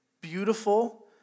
beautiful